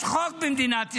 יש חוק במדינת ישראל.